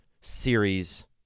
series